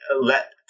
let